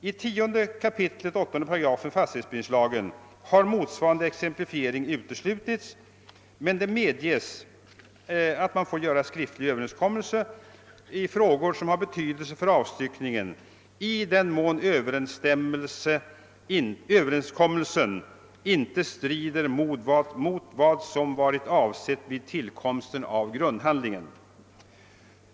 I 10 kap. 8 § fastighetsbildningslagen har motsvarande exemplifiering uteslutits, men det medges att man får träffa skriftlig överenskommelse i frågor som har betydelse för avstyckningen i den mån överenskommelsen inte strider mot vad som varit avsett vid tillkomsten av grundhandlingen.